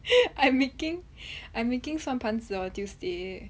I'm making I'm making 算盘子 on tuesday